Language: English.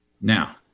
Now